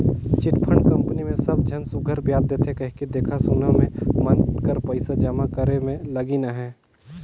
chit fund company मे सब झन सुग्घर बियाज देथे कहिके देखा सुना में मन कर पइसा जमा करे में लगिन अहें